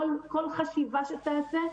כל חשיבה שתיעשה,